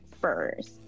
first